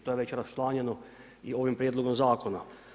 To je već raščlanjeno i ovim prijedlogom zakona.